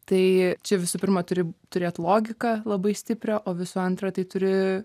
tai čia visų pirma turi turėt logiką labai stiprią o visų antra tai turi